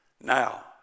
Now